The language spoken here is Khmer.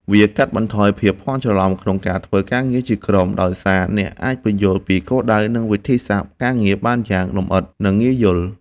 វាកាត់បន្ថយភាពភាន់ច្រឡំក្នុងការធ្វើការងារជាក្រុម ដោយសារអ្នកអាចពន្យល់ពីគោលដៅ និងវិធីសាស្ត្រការងារបានយ៉ាងលម្អិត និងងាយយល់។